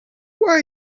where